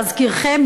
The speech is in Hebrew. להזכירכם,